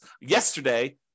yesterday